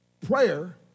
Prayer